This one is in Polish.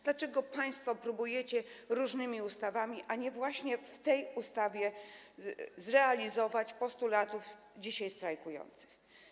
Dlaczego państwo próbujecie różnymi ustawami, a nie właśnie w tej ustawie, zrealizować postulaty osób dzisiaj strajkujących?